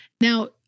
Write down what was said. now